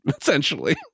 essentially